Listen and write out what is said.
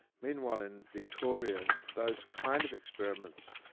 meanwhile in victoria, those kind of experiments,